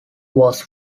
was